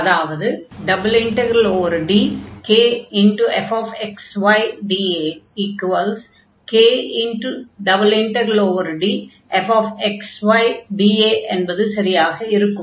அதாவது ∬DkfxydAk∬DfxydA என்பது சரியாக இருக்கும்